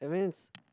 that means